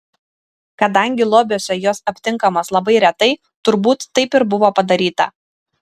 kadangi lobiuose jos aptinkamos labai retai turbūt taip ir buvo padaryta